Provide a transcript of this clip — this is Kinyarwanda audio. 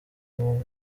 uwo